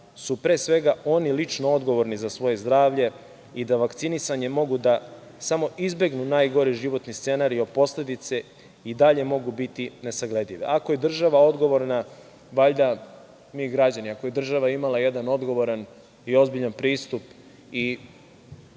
su pre svega oni lično odgovorni za svoje zdravlje i da vakcinisanjem mogu da samo izbegnu najgori životni scenario, posledice i dalje mogu biti nesagledive. Ako je država odgovorna, valjda mi građani, ako je država imala jedan odgovoran i ozbiljan pristup i